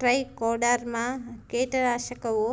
trichoderma ಕೇಟನಾಶಕವು